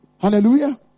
Hallelujah